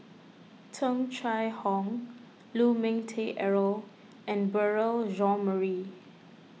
Tung Chye Hong Lu Ming Teh Earl and Beurel Jean Marie